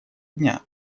дня